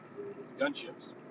gunships